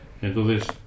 Entonces